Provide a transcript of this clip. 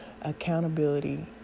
Accountability